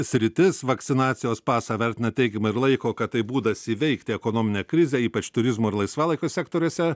sritis vakcinacijos pasą vertina teigiamai ir laiko kad tai būdas įveikti ekonominę krizę ypač turizmo ir laisvalaikio sektoriuose